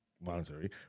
monetary